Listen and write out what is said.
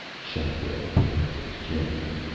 shotwell pulled up his chair.